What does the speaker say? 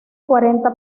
cuarenta